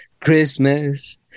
Christmas